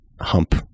hump